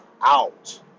out